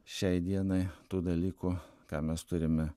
šiai dienai tų dalykų ką mes turime